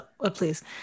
please